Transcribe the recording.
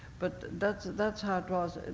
but that's that's how it was.